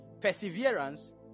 Perseverance